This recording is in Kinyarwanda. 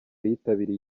yitabiriye